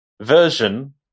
version